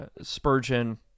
Spurgeon